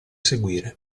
seguire